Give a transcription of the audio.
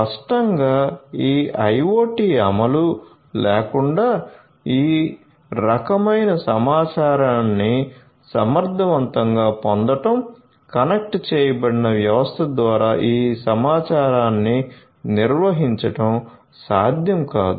స్పష్టంగా ఈ IoT అమలు లేకుండా ఈ రకమైన సమాచారాన్ని సమర్థవంతంగా పొందడం కనెక్ట్ చేయబడిన వ్యవస్థ ద్వారా ఈ సమాచారాన్ని నిర్వహించడం సాధ్యం కాదు